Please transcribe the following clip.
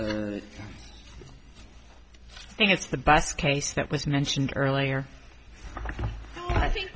what i think it's the bass case that was mentioned earlier i think